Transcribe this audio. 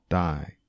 die